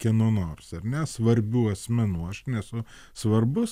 kieno nors ar ne svarbių asmenų aš nesu svarbus